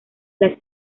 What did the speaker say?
las